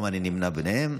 גם אני נמנה עימם.